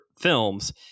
films